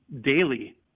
daily